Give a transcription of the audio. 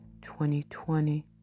2020